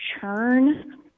churn